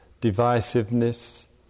divisiveness